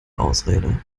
ausrede